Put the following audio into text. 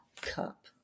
cup